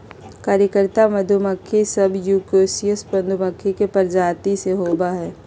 कार्यकर्ता मधुमक्खी सब यूकोसियल मधुमक्खी के प्रजाति में से होबा हइ